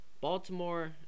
Baltimore